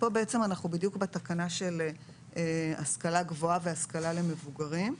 כאן אנחנו בתקנה של השכלה גבוהה והשכלה למבוגרים.